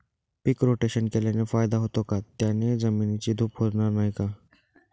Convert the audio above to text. पीक rotation केल्याने फायदा होतो का? त्याने जमिनीची धूप होणार नाही ना?